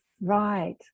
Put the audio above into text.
Right